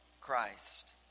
Christ